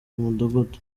mudugudu